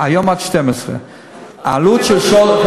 היום עד 12. להעלות ל-14.